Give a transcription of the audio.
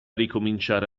ricominciare